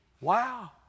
Wow